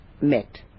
met